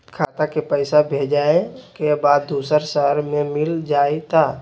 खाता के पईसा भेजेए के बा दुसर शहर में मिल जाए त?